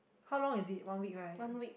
how long is it one week right